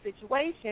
situation